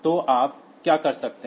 तो आप क्या कर सकते हैं